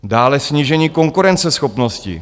Dále snížení konkurenceschopnosti.